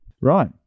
Right